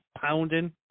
pounding